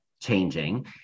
changing